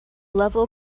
level